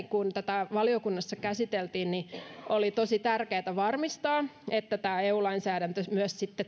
kun tätä valiokunnassa käsiteltiin niin minulle itselleni oli tosi tärkeätä varmistaa että tämä eu lainsäädäntö myös sitten